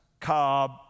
Cobb